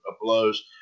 blows